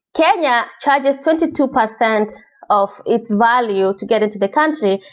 kenya charges twenty two percent of its value to get it to the country,